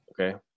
Okay